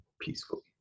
peacefully